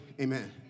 amen